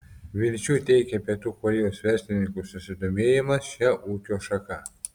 vilčių teikia pietų korėjos verslininkų susidomėjimas šia ūkio šaka